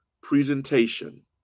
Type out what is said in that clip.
presentation